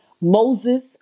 Moses